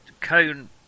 cone